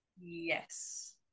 Yes